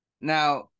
Now